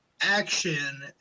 action